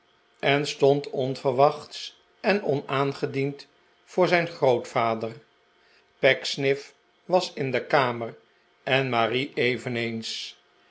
en stond onverwachts en onaangediend voor zijn grootvader pecksniff was in de kamer en marie eveneens